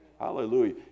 Hallelujah